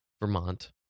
Vermont